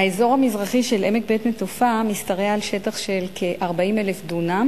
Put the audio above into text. האזור המזרחי של עמק בית-נטופה משתרע על שטח של כ-40,000 דונם